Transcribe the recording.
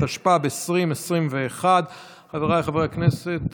התשפ"ב 2021. חבריי חברי הכנסת,